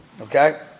Okay